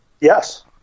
Yes